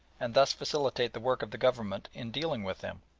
and thus facilitate the work of the government in dealing with them.